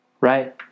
right